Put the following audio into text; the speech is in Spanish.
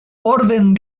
orden